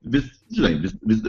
vis žinai vis vis